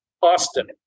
Austin